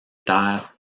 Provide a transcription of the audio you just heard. terres